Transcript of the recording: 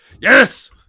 yes